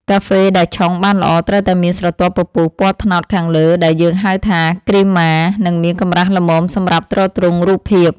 កាហ្វេដែលឆុងបានល្អត្រូវតែមានស្រទាប់ពពុះពណ៌ត្នោតខាងលើដែលយើងហៅថាគ្រីម៉ា និងមានកម្រាស់ល្មមសម្រាប់ទ្រទ្រង់រូបភាព។